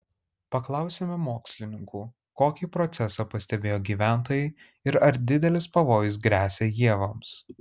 paklausėme mokslininkų kokį procesą pastebėjo gyventojai ir ar didelis pavojus gresia ievoms